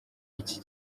iki